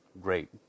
great